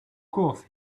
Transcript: course